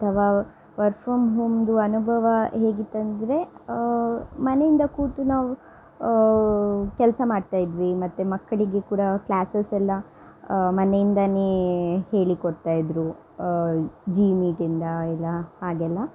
ಅಥವಾ work from ಹೋಮ್ದು ಅನುಭವ ಹೇಗಿತ್ತು ಅಂದರೆ ಮನೆಯಿಂದ ಕೂತು ನಾವು ಕೆಲಸ ಮಾಡ್ತಾ ಇದ್ವಿ ಮತ್ತು ಮಕ್ಕಳಿಗೆ ಕೂಡಾ ಕ್ಲಾಸಸ್ ಎಲ್ಲ ಮನೆಯಿಂದಾನೆ ಹೇಳಿ ಕೊಡ್ತಾ ಇದ್ದರು ಜಿ ಮೀಟಿಂದ ಇಲ್ಲ ಹಾಗೆಲ್ಲ